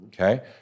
Okay